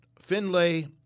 Finlay